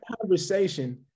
conversation